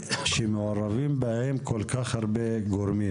ושמעורבים בהם כל כך הרבה גורמים